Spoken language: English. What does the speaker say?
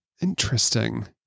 interesting